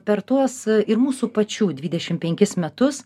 per tuos ir mūsų pačių dvidešim penkis metus